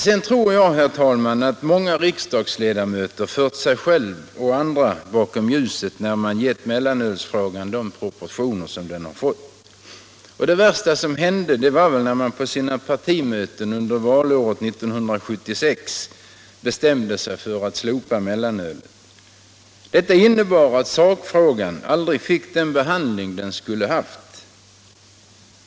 Sedan tror jag, herr talman, att många riksdagsledamöter fört sig själva och andra bakom ljuset när de givit mellanölsfrågan de proportioner som den har fått. Det värsta som hände var väl när man på sina partimöten under 1976 bestämde sig för att slopa mellanölet och därmed gjorde det till en valfråga. Detta innebar att sakfrågan aldrig fick den behandling den borde ha haft.